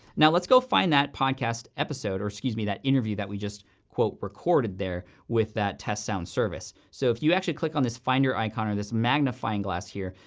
now, let's go find that podcast episode, or excuse me, that interview that we just, quote, recorded there with that test sound service. so, if you actually click on this finder icon or this magnifying glass here,